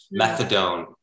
methadone